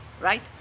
right